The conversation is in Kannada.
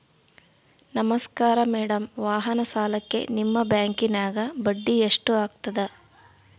ನಮಸ್ಕಾರ ಮೇಡಂ ವಾಹನ ಸಾಲಕ್ಕೆ ನಿಮ್ಮ ಬ್ಯಾಂಕಿನ್ಯಾಗ ಬಡ್ಡಿ ಎಷ್ಟು ಆಗ್ತದ?